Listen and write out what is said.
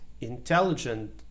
intelligent